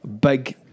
Big